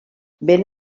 ben